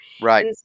Right